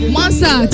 Monster